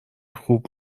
خوب